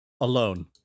Alone